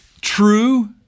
true